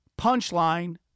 Punchline